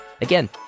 Again